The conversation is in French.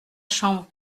chambre